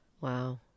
Wow